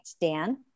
Dan